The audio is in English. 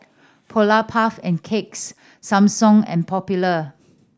Polar Puff and Cakes Samsung and Popular